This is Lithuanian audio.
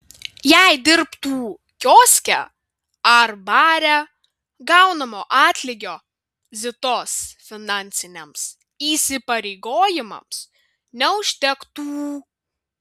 jei dirbtų kioske ar bare gaunamo atlygio zitos finansiniams įsipareigojimams neužtektų